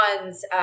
ones